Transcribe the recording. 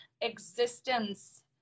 existence